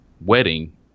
wedding